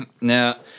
Now